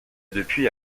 depuis